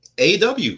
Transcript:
AW